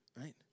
right